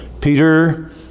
Peter